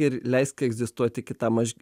ir leisk egzistuoti kitam aš